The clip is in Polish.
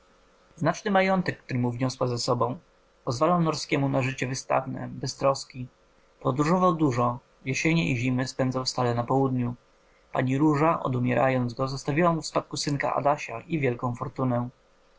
znaczny majątek który mu wniosła za sobą pozwalał norskiemu na życie wystawne bez troski podróżował dużo jesienie i zimy spędzał stale na południu pani róża odumierając go zostawiła mu w spadku synka adasia i wielką fortunę